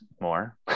more